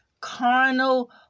carnal